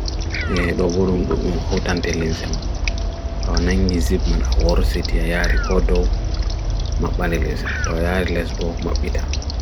ʀdʀo ʀbūr ʀmʀhautan telim ʀmā ʀtaw nangizib man ʀwhore sit yaya rikodo ʀmak bale le ʀmā ʀtaw yaya ʀlesbo ʀmak biṭa